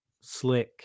slick